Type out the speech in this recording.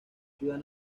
ciudad